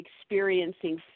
experiencing